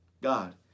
God